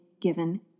given